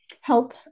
help